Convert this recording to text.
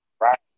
Right